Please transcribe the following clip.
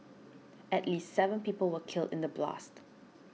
at least seven people were killed in the blast